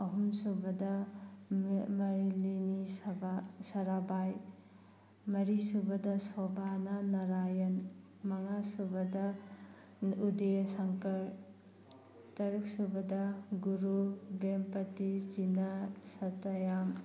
ꯑꯍꯨꯝꯁꯨꯕꯗ ꯃꯔꯤꯂꯤꯅꯤ ꯁꯕꯥ ꯁꯔꯥꯕꯥꯏ ꯃꯔꯤꯁꯨꯕꯗ ꯁꯣꯚꯥꯅꯥ ꯅꯔꯥꯌꯟ ꯃꯉꯥꯁꯨꯕꯗ ꯎꯗꯦ ꯁꯪꯀꯔ ꯇꯔꯨꯛꯁꯨꯕꯗ ꯒꯨꯔꯨ ꯚꯦꯝꯄꯇꯤ ꯆꯤꯅꯥ ꯁꯇꯥꯌꯥꯝ